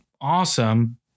awesome